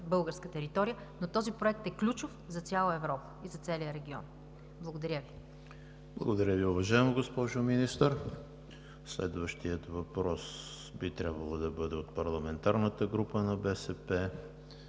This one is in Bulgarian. българска територия, но този проект е ключов за цяла Европа и за целия регион. Благодаря. ПРЕДСЕДАТЕЛ ЕМИЛ ХРИСТОВ: Благодаря, уважаема госпожо Министър. Следващият въпрос би трябвало да бъде от парламентарната група на „БСП